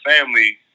family